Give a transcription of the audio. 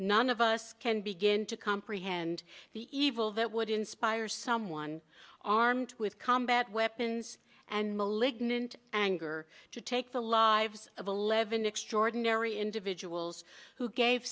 none of us can begin to comprehend the evil that would inspire someone armed with combat weapons and malignant anger to take the lives of eleven extraordinary individuals who gave